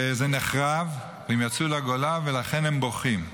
וזה נחרב, והם יצאו לגולה, ולכן הם בוכים.